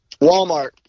Walmart